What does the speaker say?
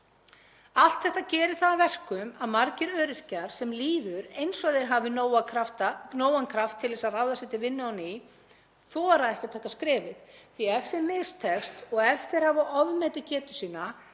Allt þetta gerir það að verkum að margir öryrkjar, sem líður eins og þeir hafi nógan kraft til að ráða sig til vinnu á ný, þora ekki að taka skrefið því að ef þeim mistekst og ef þeir hafa ofmetið getu sína